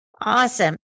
Awesome